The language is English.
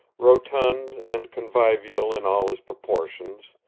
rotund and convivial in all his proportions,